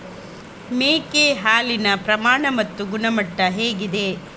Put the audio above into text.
ಮೇಕೆ ಹಾಲಿನ ಪ್ರಮಾಣ ಮತ್ತು ಗುಣಮಟ್ಟ ಹೇಗಿದೆ?